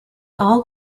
all